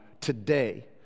today